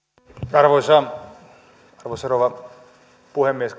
arvoisa arvoisa rouva puhemies